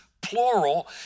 plural